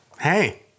Hey